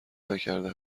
نکرده